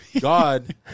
God